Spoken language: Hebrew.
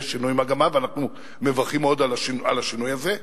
יש שינוי מגמה, ואנחנו מברכים מאוד על השינוי הזה.